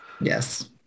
Yes